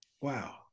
wow